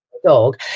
dog